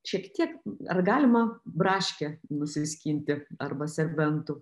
šiek tiek ar galima braškę nusiskinti arba serbentų